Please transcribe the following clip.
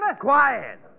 Quiet